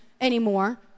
anymore